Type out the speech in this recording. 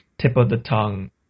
tip-of-the-tongue